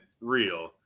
real